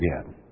again